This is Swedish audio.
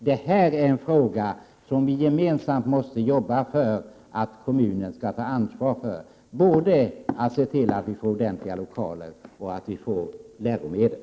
Vi måste gemensamt jobba för att kommunerna skall ta ansvar för att se till att skolan får ordentliga lokaler och eleverna får läromedel.